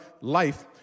life